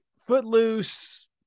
Footloose